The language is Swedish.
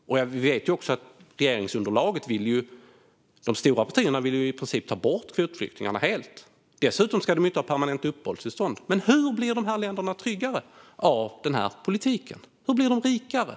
Jag vet också att de stora partierna i regeringsunderlaget i princip vill ta bort kvotflyktingarna helt. Dessutom ska de inte ha permanenta uppehållstillstånd. Men hur blir de här länderna tryggare och rikare av den politiken?